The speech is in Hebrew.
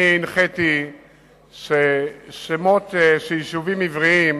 אני הנחיתי ששמות של יישובים עבריים,